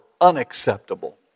unacceptable